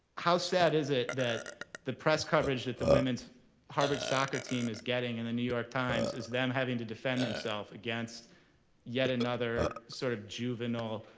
how sad is it that the press coverage that the women's harvard soccer team is getting in the new york times is them having to defend themselves against yet another sort of juvenile,